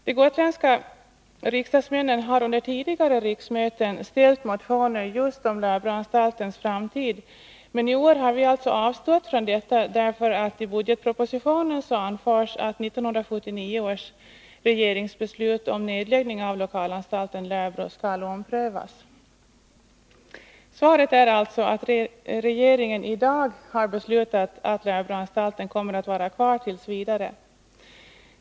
De gotländska riksdagsmännen har under tidigare riksmöten framställt motioner om just Lärbroanstaltens framtid, men i år har vi avstått från detta därför att det i budgetpropositionen anförs att 1979 års regeringsbeslut om nedläggning av lokalanstalten Lärbro skall omprövas. Svaret är alltså att regeringen i dag har beslutat att Lärbroanstalten kommer att vara kvar t.v.